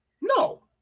No